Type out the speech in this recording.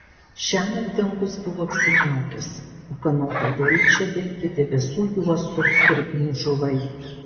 šiąnakt dangus buvo apsiniaukęs ūkanotą delčią dengė debesų juostos ir gniužulai